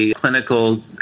clinical